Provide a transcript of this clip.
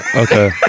Okay